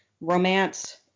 romance